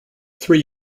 three